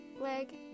leg